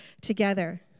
together